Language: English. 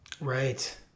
Right